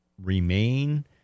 remain